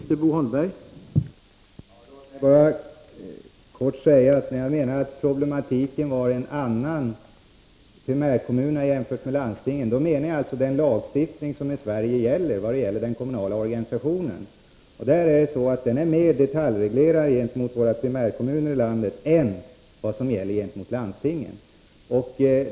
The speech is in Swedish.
Herr talman! Låt mig bara kort säga, att när jag anförde att problematiken är en annan i primärkommunerna jämfört med i landstingen, menade jag den lagstiftning som gäller i Sverige med avseende på den kommunala organisationen. Lagstiftningen är mer detaljreglerad för primärkommunerna än för landstingen.